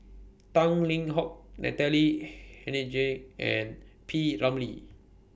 Tang Liang Hong Natalie Hennedige and P Ramlee